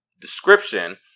description